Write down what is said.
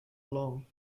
along